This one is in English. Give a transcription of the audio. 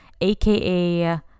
aka